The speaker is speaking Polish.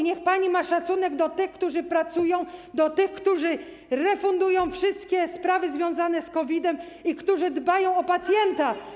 Niech pani ma szacunek do tych, którzy pracują, do tych, którzy refundują wszystkie sprawy związane z COVID-em i którzy dbają o pacjenta.